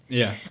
ya